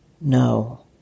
No